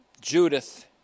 Judith